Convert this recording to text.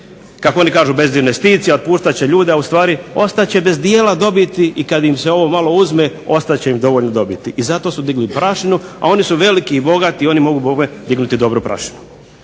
kako oni kažu bez investicija, otpuštat će ljude, a ustvari ostat će bez dijela dobiti i kad im se ovo malo uzme ostat će im dovoljno dobiti. I zato su digli prašinu, a oni su veliki i bogati, oni mogu bogme dignuti dobru prašinu.